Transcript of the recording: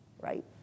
right